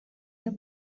your